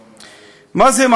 מה זה מעצר מינהלי?